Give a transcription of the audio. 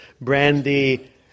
brandy